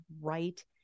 right